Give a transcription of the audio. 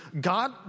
God